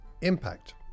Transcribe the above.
impact